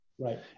Right